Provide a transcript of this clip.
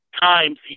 times